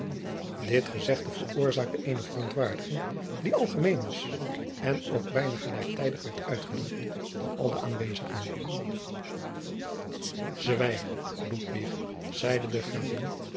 dit gezegde veroorzaakte eene verontwaardiging die algemeen was en ook bijna gelijktijdig werd uitgedrukt door al de aanwezigen zwijg ludwig zeide de gravin